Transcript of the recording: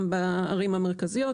גם בערים המרכזיות,